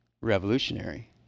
revolutionary